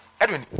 Edwin